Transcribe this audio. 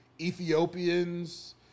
Ethiopians